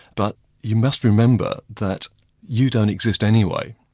but you must remember that you don't exist anyway,